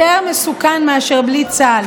יותר מסוכן מאשר בלי צה"ל.